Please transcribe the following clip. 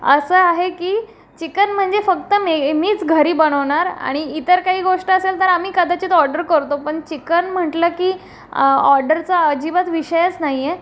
असं आहे की चिकन म्हणजे फक्त मे मीच घरी बनवणार आणि इतर काही गोष्ट असेल तर आम्ही कदाचित ऑर्डर करतो पण चिकन म्हटलं की ऑर्डरचा अजिबात विषयच नाही आहे